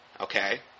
Okay